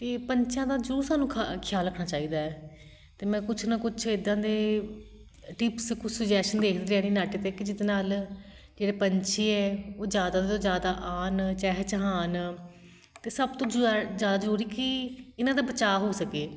ਅਤੇ ਪੰਛੀਆਂ ਦਾ ਜ਼ਰੂਰ ਸਾਨੂੰ ਖਾ ਖਿਆਲ ਰੱਖਣਾ ਚਾਹੀਦਾ ਹੈ ਅਤੇ ਮੈਂ ਕੁਛ ਨਾ ਕੁਛ ਇੱਦਾਂ ਦੇ ਟਿਪਸ ਕੁਛ ਸੁਜੈਸ਼ਨ ਦੇਖਦੀ ਰਹਿਣੀ ਨੈੱਟ ਅਤੇ ਕਿ ਜਿਹਦੇ ਨਾਲ਼ ਜਿਹੜੇ ਪੰਛੀ ਏ ਉਹ ਜ਼ਿਆਦਾ ਤੋਂ ਜ਼ਿਆਦਾ ਆਉਣ ਚਹਿਚਹਾਉਣ 'ਤੇ ਸਭ ਤੋਂ ਜਅ ਜ਼ਿਆਦਾ ਜ਼ਰੂਰੀ ਕਿ ਇਹਨਾਂ ਦਾ ਬਚਾਅ ਹੋ ਸਕੇ